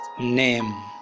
name